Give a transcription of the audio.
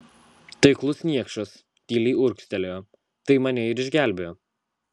taiklus niekšas tyliai urgztelėjo tai mane ir išgelbėjo